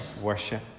worship